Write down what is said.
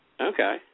Okay